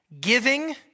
giving